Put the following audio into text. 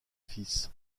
fils